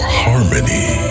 harmony